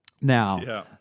Now